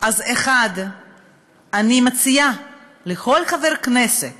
אז, 1. אני מציעה לכל חבר כנסת